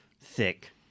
thick